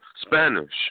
Spanish